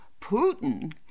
Putin